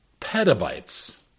petabytes